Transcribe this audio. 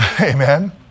Amen